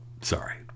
Sorry